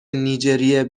نیجریه